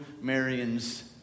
Marion's